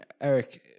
Eric